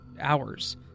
hours